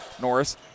Norris